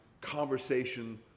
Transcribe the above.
conversation